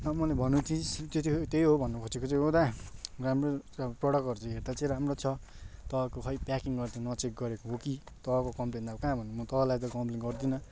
अब मैले भन्नु चिज त्यही हो भन्नु खोेजेको चाहिँ हो दा राम्रो अब प्रोडक्टहरू चाहिँ हेर्दा चाहिँ राम्रो छ तपाईँको खोइ प्याकिङ गर्दा न चेक नगरेको हो कि तपाईँको कम्प्लेन त अब कहाँ गर्नु म तपाईँलाई त कम्प्लेन गर्दिनँ